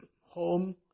home